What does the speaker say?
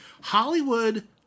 Hollywood